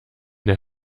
der